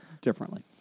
differently